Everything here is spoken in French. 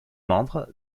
membres